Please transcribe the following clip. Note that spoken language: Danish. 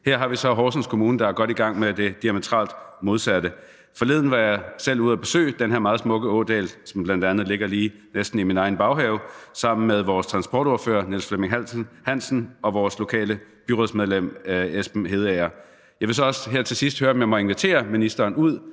Her har vi så Horsens Kommune, der er godt i gang med det diametralt modsatte. Forleden var jeg selv ude at besøge den her meget smukke ådal, som bl.a. ligger lige næsten i min egen baghave, sammen med vores transportordfører, Niels Flemming Hansen, og vores lokale byrådsmedlem, Esben Hedeager. Jeg vil så også her til sidst høre, om jeg må invitere ministeren ud